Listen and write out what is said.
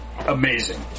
amazing